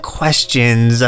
questions